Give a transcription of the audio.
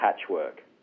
patchwork